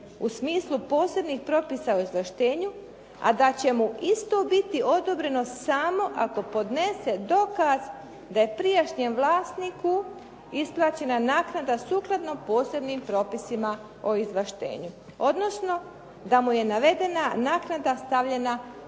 u smislu posebnih propisa o izvlaštenju, a da će mu isto biti odobreno samo ako podnese dokaz da je prijašnjem vlasniku isplaćena naknada sukladno posebnim propisima o izvlaštenju, odnosno da mu je navedena naknada stavljena